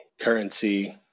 currency